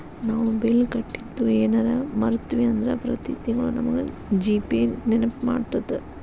ನಾವು ಬಿಲ್ ಕಟ್ಟಿದ್ದು ಯೆನರ ಮರ್ತ್ವಿ ಅಂದ್ರ ಪ್ರತಿ ತಿಂಗ್ಳು ನಮಗ ಜಿ.ಪೇ ನೆನ್ಪ್ಮಾಡ್ತದ